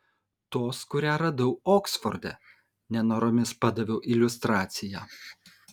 tos kurią radau oksforde nenoromis padaviau iliustraciją